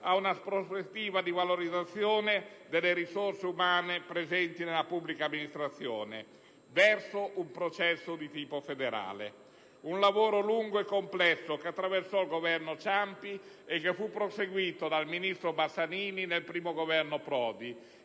ad una prospettiva di valorizzazione delle risorse umane presenti nella pubblica amministrazione, verso un processo di tipo federale. È stato un lavoro lungo e complesso, che attraversò il Governo Ciampi e che fu proseguito dal ministro Bassanini nel I Governo Prodi,